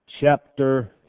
chapter